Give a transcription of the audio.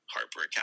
Harper